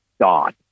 god